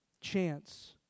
chance